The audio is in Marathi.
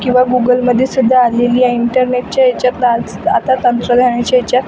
किंवा गुगलमध्ये सुद्धा आलेली आहे इंटरनेटच्या याच्यात आता तंत्रज्ञानाच्या याच्यात